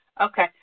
okay